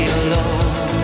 alone